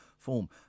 form